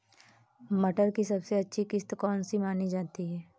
मटर की सबसे अच्छी किश्त कौन सी मानी जाती है?